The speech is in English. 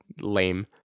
lame